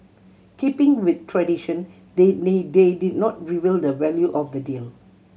keeping with tradition they they did not reveal the value of the deal